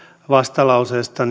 vastalauseista